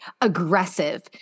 aggressive